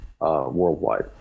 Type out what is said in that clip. worldwide